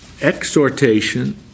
exhortation